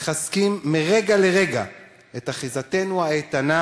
מחזקים מרגע לרגע את אחיזתנו האיתנה